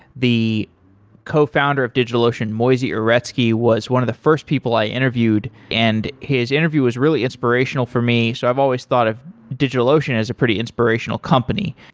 the cofounder of digitalocean, moisey uretsky, was one of the first people i interviewed, and his interview was really inspirational for me. so i've always thought of digitalocean as a pretty inspirational company.